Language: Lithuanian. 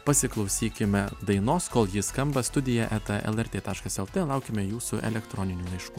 pasiklausykime dainos kol ji skamba studija eta lrt taškas lt laukiame jūsų elektroninių laiškų